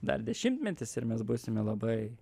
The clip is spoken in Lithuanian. dar dešimtmetis ir mes būsime labai